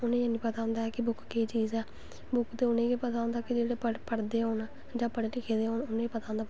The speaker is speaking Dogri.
उ'नें गी निं पता होंदा ऐ कि बुक्क केह् चीज़ा ऐ बुक्क ते उ'नें गी गै पता होंदा जेह्ड़े पढ़दे होन जां पढ़े लिखे दे होन उ'नें गी पता होंदा